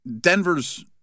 Denver's